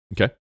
Okay